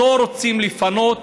אותו רוצים לפנות.